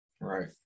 Right